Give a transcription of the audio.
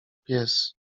pies